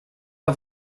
pas